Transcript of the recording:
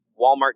Walmart